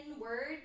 word